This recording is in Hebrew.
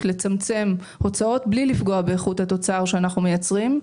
לצמצם הוצאות בלי לפגוע באיכות התוצר שאנחנו מייצרים.